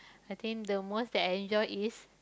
I think the most that I enjoy is